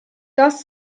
das